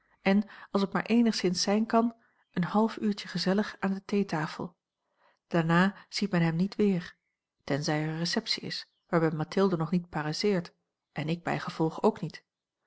en als het maar eenigszins zijn kan een half uurtje gezellig aan de theetafel daarna ziet men hem niet weer tenzij er receptie is waarbij mathilde nog niet paraisseert en ik bijgevolg ook niet